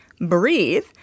breathe